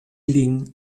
lin